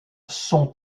sont